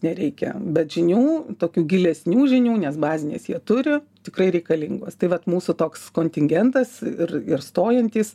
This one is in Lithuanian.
nereikia bet žinių tokių gilesnių žinių nes bazines jie turi tikrai reikalingos tai vat mūsų toks kontingentas ir ir stojantys